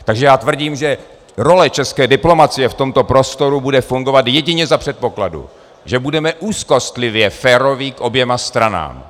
Takže já tvrdím, že role české diplomacie v tomto prostoru bude fungovat jedině za předpokladu, že budeme úzkostlivě féroví k oběma stranám.